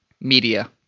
media